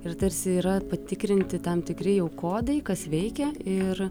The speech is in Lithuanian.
ir tarsi yra patikrinti tam tikri jau kodai kas veikia ir